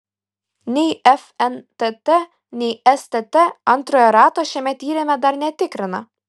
nei fntt nei stt antrojo rato šiame tyrime dar netikrina